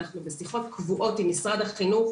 אנחנו בשיחות קבועות עם משרד החינוך.